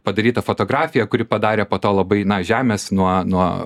padarytą fotografiją kuri padarė po to labai na žemės nuo nuo